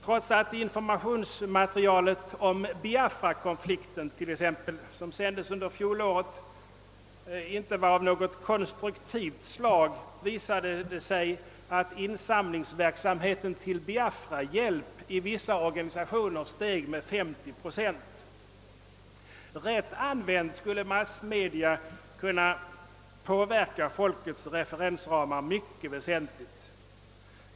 Trots att informationsmaterialet t.ex. om Biafrakonflikten, som sändes under fjolåret, inte var av särskilt konstruktivt slag, visade det sig, att insamlingsverksamheten till Biafrahjälp i vissa organisationer steg med 50 procent. Rätt använda skulle massmedia kunna påverka folkets referensramar på ett avgörande sätt.